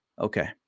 Okay